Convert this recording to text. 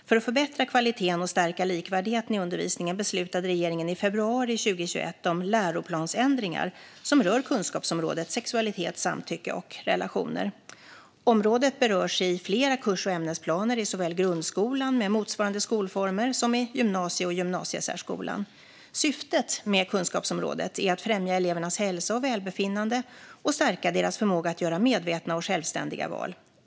För att förbättra kvaliteten och stärka likvärdigheten i undervisningen beslutade regeringen i februari 2021 om läroplansändringar som rör kunskapsområdet sexualitet, samtycke och relationer. Området berörs i flera kurs och ämnesplaner såväl i grundskolan med motsvarande skolformer som i gymnasieskolan och gymnasiesärskolan. Syftet med kunskapsområdet är att främja elevernas hälsa och välbefinnande och att stärka deras förmåga att göra medvetna och självständiga val.